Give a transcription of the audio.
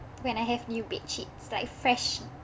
when I have new bed sheets like fresh